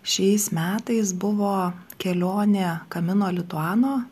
šiais metais buvo kelionė kamino lituano